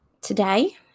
Today